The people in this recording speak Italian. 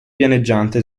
pianeggiante